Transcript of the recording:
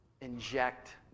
inject